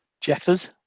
Jeffers